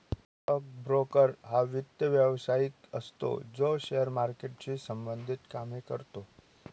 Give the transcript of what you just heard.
stock broker हा वित्त व्यवसायिक असतो जो शेअर मार्केटशी संबंधित कामे करतो